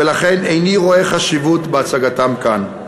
ולכן איני רואה חשיבות בהצגתם כאן.